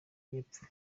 y’epfo